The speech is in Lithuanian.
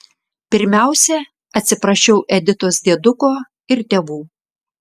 pirmiausia atsiprašiau editos dieduko ir tėvų